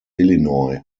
illinois